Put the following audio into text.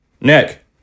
Nick